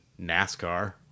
NASCAR